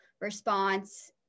response